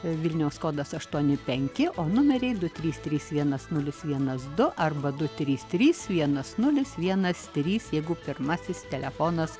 vilniaus kodas aštuoni penki numeriai du trys trys vienas nulis vienas du arba du trys trys vienas nulis vienas trys jeigu pirmasis telefonas